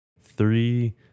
three